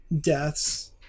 deaths